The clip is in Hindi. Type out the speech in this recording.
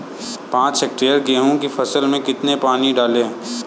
पाँच हेक्टेयर गेहूँ की फसल में कितना पानी डालें?